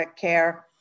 care